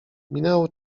minęło